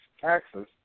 taxes